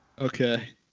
Okay